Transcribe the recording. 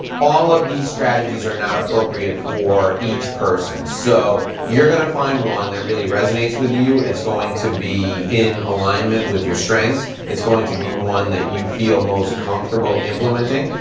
all of these strategies are not appropriate for each person so you're gonna find one that really resonates with you. it's going to be in alignment with your strengths, it's going to be one that you feel more comfortable implementing.